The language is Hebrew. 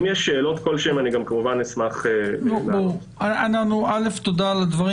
תודה על הדברים